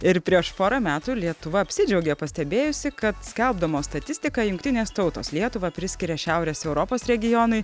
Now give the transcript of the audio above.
ir prieš porą metų lietuva apsidžiaugė pastebėjusi kad skelbdamos statistiką jungtinės tautos lietuvą priskiria šiaurės europos regionui